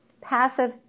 Passive